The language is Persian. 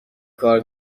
کار